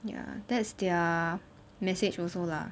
ya that's their message also lah